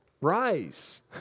rise